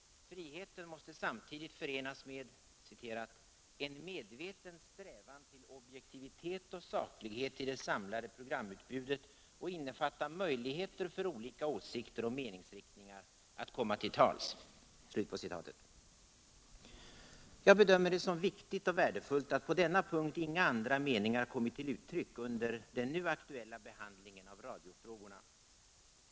Friheten måste samtidigt förenas med ”en medveten strävan till objektivitet och saklighet i det samlade programutbudet och innefatta möjligheter för olika åsikter och meningsriktningar att komma till tals”. Jag bedömer det som viktigt och värdefullt att på denna punkt inga andra meningar kommit till uttryck under den nu aktuella behandlingen av radiofrågorna.